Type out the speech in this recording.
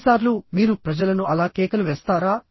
కొన్నిసార్లు మీరు ప్రజలను అలా కేకలు వేస్తారా